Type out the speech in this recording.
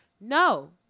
no